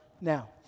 now